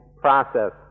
process